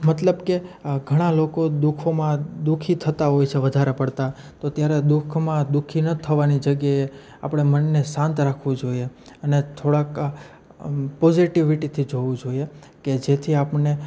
મતલબ કે ઘણા લોકો દુઃખોમાં દુઃખી થતાં હોય છે વધારે પડતા તો ત્યારે દુઃખમાં દુઃખી ન થવાની જગ્યાએ આપળે મનને શાંત રાખવું જોઈએ અને થોડાક પોઝિટીવિટીથી જોવું જોઈએ કે જેથી આપણને